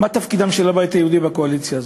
מה התפקיד של הבית היהודי בקואליציה הזאת?